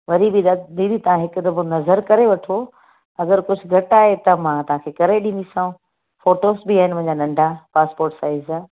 वरी बि दा दीदी तव्हां हिकु दफ़ो नज़रु करे वठो अगरि कुझु घटि आहे त मां तव्हांखे करे ॾींदीसांव फ़ॉटॉस बि आहिनि मुंहिंजा नंढा पासपोर्ट साईज़ जा